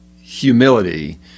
humility